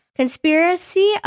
conspiracy